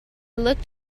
looked